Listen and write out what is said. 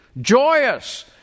joyous